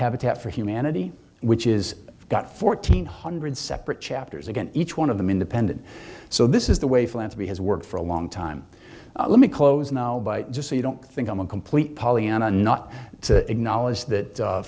habitat for humanity which is got fourteen hundred separate chapters again each one of them independent so this is the way philanthropy has worked for a long time let me close now just so you don't think i'm a complete pollyanna not to acknowledge that